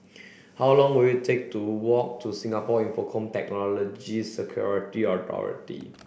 how long will it take to walk to Singapore Infocomm Technology Security Authority